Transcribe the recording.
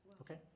Okay